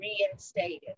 reinstated